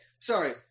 sorry